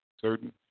certain